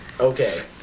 Okay